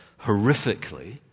horrifically